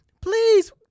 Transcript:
please